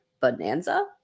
bonanza